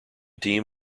team